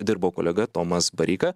dirbo kolega tomas bareika